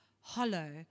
hollow